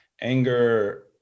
anger